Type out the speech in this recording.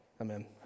Amen